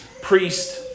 priest